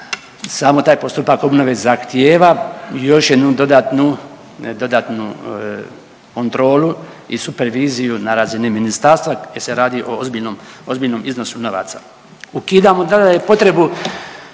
samo taj postupak obnove zahtijeva još jednu dodatnu kontrolu i superviziju na razini Ministarstva jer se radi o ozbiljnom iznosu novaca. Ukidamo dalje i potrebu